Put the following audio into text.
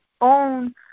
own